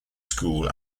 school